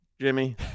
Jimmy